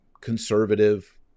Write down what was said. conservative